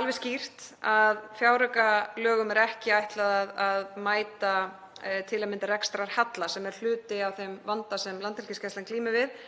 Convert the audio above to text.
alveg skýrt að fjáraukalögum er ekki ætlað að mæta til að mynda rekstrarhalla sem er hluti af þeim vanda sem Landhelgisgæslan glímir við